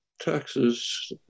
taxes